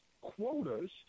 quotas